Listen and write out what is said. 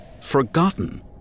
forgotten